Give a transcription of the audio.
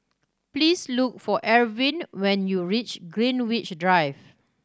please look for Ervin when you reach Greenwich Drive